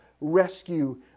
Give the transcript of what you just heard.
rescue